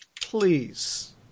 Please